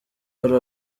hari